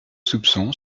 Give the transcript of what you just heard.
soupçons